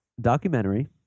documentary